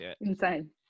Insane